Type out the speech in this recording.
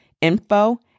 info